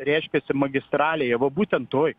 reiškiasi magistralėje va būtent toj